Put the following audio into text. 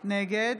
נגד